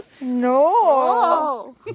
No